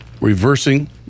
reversing